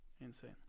Insane